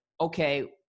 okay